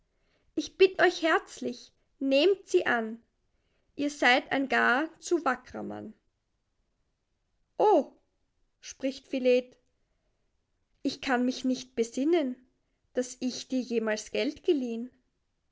ich bitt euch herzlich nehmt sie an ihr seid ein gar zu wackrer mann o spricht philet ich kann mich nicht besinnen daß ich dir jemals